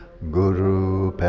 Guru